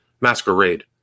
Masquerade